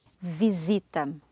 Visita